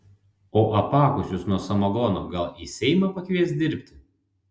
o apakusius nuo samagono gal į seimą pakvies dirbti